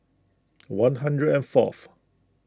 one hundred and fourth